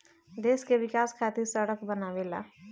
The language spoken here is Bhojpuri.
देश के विकाश खातिर सड़क बनावेला